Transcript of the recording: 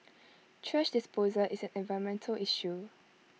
thrash disposal is an environmental issue